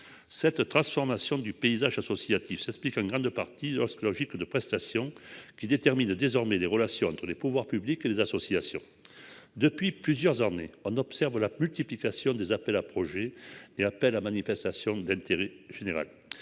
Cette transformation du paysage associatif s'explique en grande partie lorsque logique de prestation qui détermine désormais les relations entre les pouvoirs publics et les associations. Depuis plusieurs années, on observe la multiplication des appels à projets et appel à manifestation d'intérêt général.